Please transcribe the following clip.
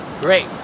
great